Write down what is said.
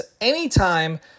anytime